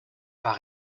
pas